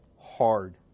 hard